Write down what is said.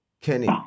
Kenny